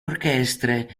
orchestre